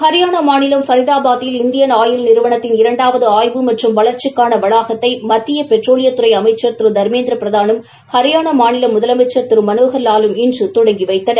ஹரியானா மாநிலம் ஃபரிதாபாத்தில் Indian Oil நிறுவனத்தின் இரண்டாவது ஆய்வு மற்றும் வளர்ச்சிக்கான வளாகத்தை மத்திய பெட்ரோலியத்துறை அமைக்ன் திரு துமேந்திர பிரதானும் ஹரியானா மாநில முதலமைச்சர் திரு மனோகர் லாலும் இன்று தொடங்கி வைத்தனர்